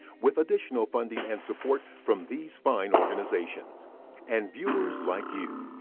with additional funding and support from these fine organizations and viewers like you.